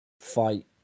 fight